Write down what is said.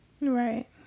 right